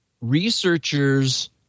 researchers